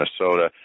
Minnesota